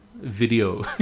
video